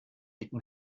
dicken